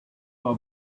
our